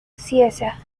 cieza